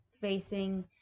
facing